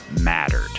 mattered